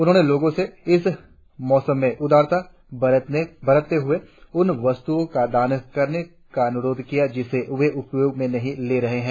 उन्होंने लोगों से इस मौसम में उदारता बरतते हुए उन वस्त्रओं का दान करने का अन्ररोध किया जिसे वे उपयोग में नहीं ले रहे हैं